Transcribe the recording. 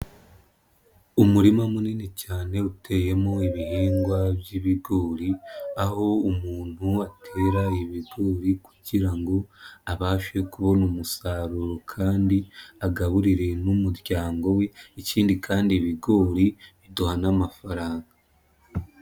Umurima munini cyane uteyemo ibihingwa by'ibigori, aho umuntu atera ibigori kugira ngo abashe kubona umusaruro kandi agaburire n'umuryango we, ikindi kandi ibigori biduha n'amafaranga.